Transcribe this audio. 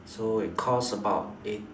so it caused about eight